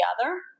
together